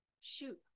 shoot